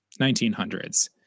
1900s